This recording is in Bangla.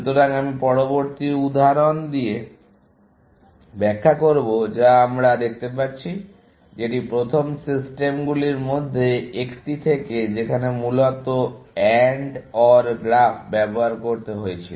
সুতরাং আমি পরবর্তী উদাহরণ দিয়ে ব্যাখ্যা করব যা আমরা দেখতে পাচ্ছি যেটি প্রথম সিস্টেমগুলির মধ্যে একটি থেকে যেখানে মূলত AND OR গ্রাফ ব্যবহার করতে হয়েছিল